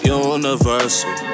universal